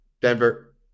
Denver